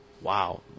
wow